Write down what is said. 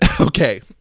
Okay